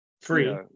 Free